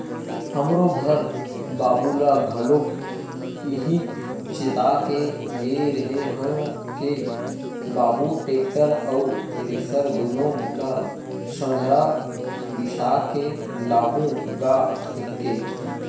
हमरो घर बाबू ल घलोक इहीं चेता के गे रेहे हंव के बाबू टेक्टर अउ थेरेसर दुनो ल संघरा बिसा के लाहूँ गा कहिके